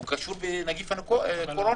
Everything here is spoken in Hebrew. הוא קשור בנגיף הקורונה.